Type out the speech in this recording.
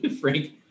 Frank